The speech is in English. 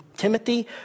Timothy